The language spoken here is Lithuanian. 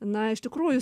na iš tikrųjų